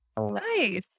Nice